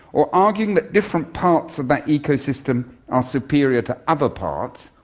or arguing that different parts of that ecosystem are superior to other parts,